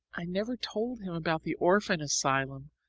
i never told him about the orphan asylum,